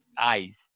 eyes